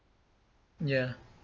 ya